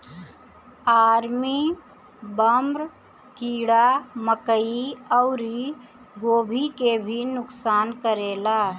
army worm कीड़ा मकई अउरी गोभी के भी नुकसान करेला